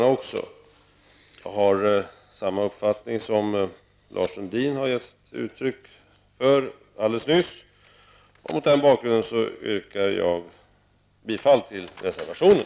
Jag har samma uppfattning som Lars Sundin alldeles nyss har gett uttryck för, och mot den bakgrunden yrkar jag bifall till reservationen.